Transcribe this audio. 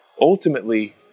Ultimately